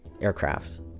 aircraft